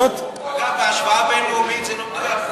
אגב, בהשוואה בין-לאומית זה לא מדויק.